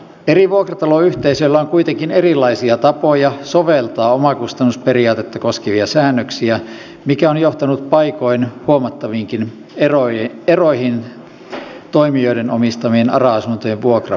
eri vuokrataloyhteisöillä on kuitenkin erilaisia tapoja soveltaa omakustannusperiaatetta koskevia säännöksiä mikä on johtanut paikoin huomattaviinkin eroihin toimijoiden omistamien ara asuntojen vuokratasoissa